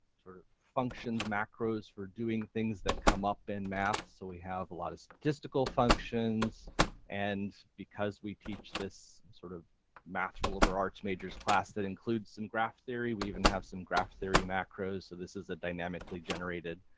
sort of functions macros for doing things that come up in math, so we have a lot of statistical functions and because we teach this sort of math for our arts majors class that includes some graph theory, we even have some graph theory macros, so this is a dynamically generated